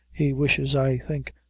he wishes, i think,